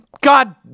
god